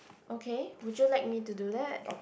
okay would you like me to do that